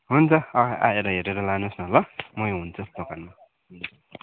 हुन्छ आएर हेरेर लानुहोस् न ल मै हुन्छु दोकानमा